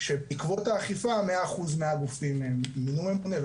בעקבות האכיפה מאה אחוז מהגופים מינו ממונה,